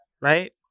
right